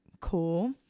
cool